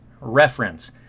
reference